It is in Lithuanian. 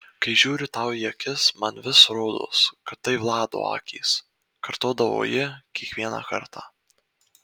kai žiūriu tau į akis man vis rodos kad tai vlado akys kartodavo ji kiekvieną kartą